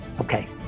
Okay